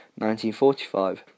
1945